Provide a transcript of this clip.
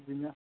जियां